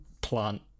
plant